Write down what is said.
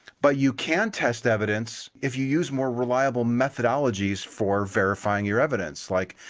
but you can test evidence if you use more reliable methodologies for verifying your evidence. like,